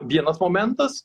vienas momentas